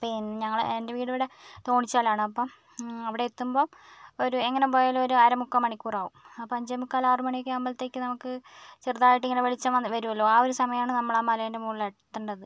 പിന്നെ ഞങ്ങൾ എൻറ്റെ വീട് ഇവിടെ തോണിച്ചാലാണ് അപ്പം അവിടെ എത്തുമ്പോൾ ഒരു എങ്ങനെ പോയാലും ഒരു അര മുക്കാ മണിക്കൂർ ആകും അപ്പം അഞ്ച് മുക്കാൽ ആറുമണി ആകുമ്പോഴത്തേക്ക് നമുക്ക് ചെറുതായിട്ട് ഇങ്ങനെ വെളിച്ചം വന്ന് വരൂലോ ആ ഒരു സമയമാണ് നമ്മൾ ആ മലേൻറ്റെ മുകളിൽ എത്തേണ്ടത്